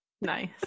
Nice